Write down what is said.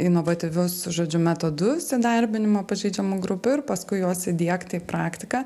inovatyvius žodžiu metodus įdarbinimo pažeidžiamų grupių ir paskui juos įdiegti praktiką